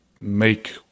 make